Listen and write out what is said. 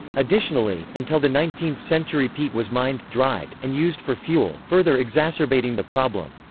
additionally, until the nineteenth century peat was mined, dried, and used for fuel, further exacerbating the problem.